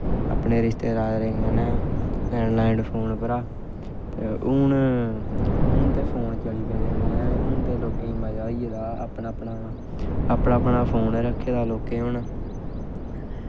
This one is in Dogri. अपने रिश्तेदारें कन्नै लैन लैंड फोन परा दा हून ते फोन चली पेदे न हून ते लोकें गी मजा होई गेदा ऐ अपना अपना फोन ऐ रक्खे दा लोकें हून